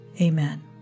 Amen